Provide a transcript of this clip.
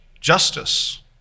justice